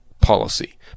policy